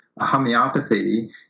homeopathy